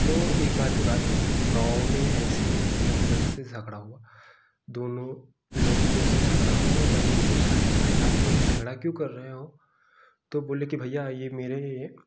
तो एक बार की बात है गाँव में ऐसे ही एक जन से झगड़ा हुआ दोनों लोगों से झगड़ा हुआ मैंने पूछा कि भाई आप लोग झगड़ा क्यों कर रहे हो तो बोले कि भैया ये मेरे